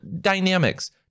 dynamics